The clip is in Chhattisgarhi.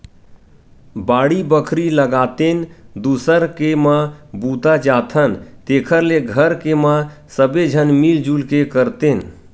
बाड़ी बखरी लगातेन, दूसर के म बूता जाथन तेखर ले घर के म सबे झन मिल जुल के करतेन